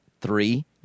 Three